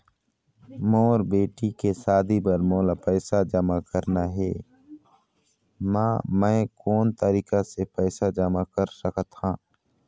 मोर बेटी के शादी बर मोला पैसा जमा करना हे, म मैं कोन तरीका से पैसा जमा कर सकत ह?